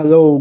Hello